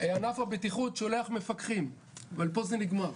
ענף הבטיחות שולח מפקחים ופה זה נגמר.